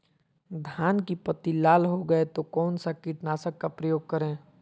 धान की पत्ती लाल हो गए तो कौन सा कीटनाशक का प्रयोग करें?